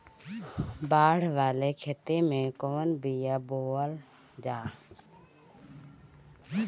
बाड़ वाले खेते मे कवन बिया बोआल जा?